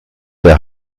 der